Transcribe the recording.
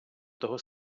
того